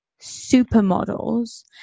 supermodels